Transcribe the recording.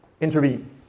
intervene